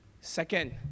Second